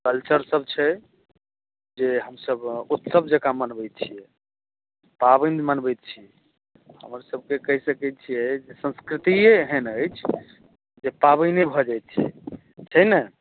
culture सब छै जे हम सब उत्सव जकाँ मनबै छियै पाबनि मनबै छियै हमर सब के कहि सकै छियै संस्कृतिये एहेन अछि जे पाबनि भऽ जाइ छै ने